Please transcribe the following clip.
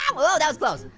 whoa, that was close.